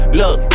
look